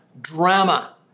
drama